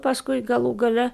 paskui galų gale